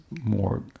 more